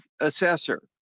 assessor